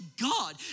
God